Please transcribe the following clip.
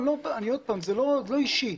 זה לא אישי.